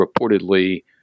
reportedly